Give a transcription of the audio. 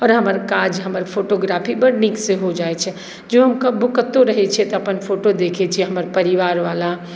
आओर हमर काज हमर फोटोग्राफी बड्ड नीकसँ हो जाइत छै जँ हम कतहुँ रहैत छियै तऽ अपन फोटो देखैत छियै हमर परिवार बला